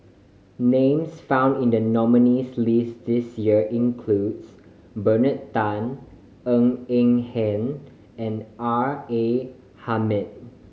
names found in the nominees' list this year include Bernard Tan Ng Eng Hen and R A Hamid